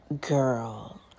Girl